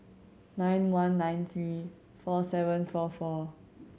nine one nine three four seven four four